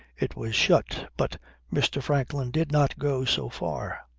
it was shut. but mr. franklin did not go so far.